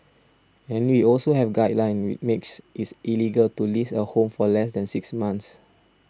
and we also have a guideline which makes it illegal to lease a home for less than six months